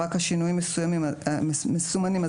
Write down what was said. רק שינויים מסוימים מסומנים,